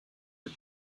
had